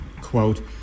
quote